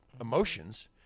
emotions